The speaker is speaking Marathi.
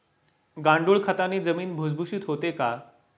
गांडूळ खताने जमीन भुसभुशीत होते का?